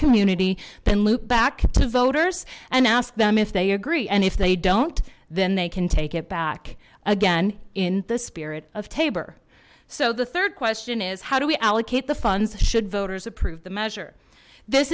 community then loop back to voters and ask them if they agree and if they don't then they can take it back again in the spirit of tabor so the third question is how do we allocate the funds should voters approve the man this